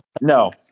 no